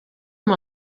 amb